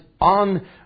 on